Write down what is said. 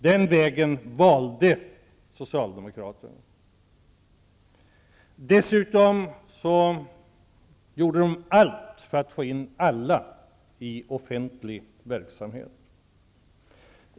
Den vägen valde Dessutom gjorde de allt för att få in alla i offentlig verksamhet.